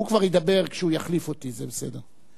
הוא כבר ידבר כשהוא יחליף אותי, זה בסדר.